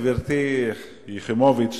גברת יחימוביץ,